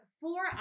four